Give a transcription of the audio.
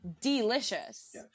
delicious